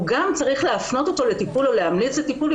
וצריך להפנות אותו לטיפול או להמליץ על טיפול שהוא